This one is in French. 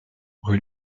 rue